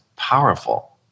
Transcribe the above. powerful